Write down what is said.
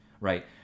right